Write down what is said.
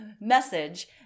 ...message